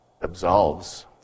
absolves